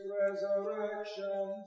resurrection